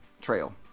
trail